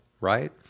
right